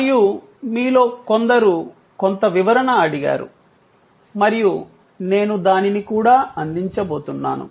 మరియు మీలో కొందరు కొంత వివరణ అడిగారు మరియు నేను దానిని కూడా అందించబోతున్నాను